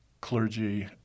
clergy